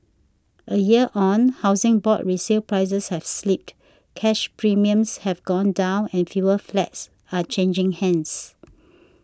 a year on Housing Board resale prices have slipped cash premiums have gone down and fewer flats are changing hands